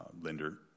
lender